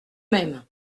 même